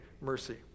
mercy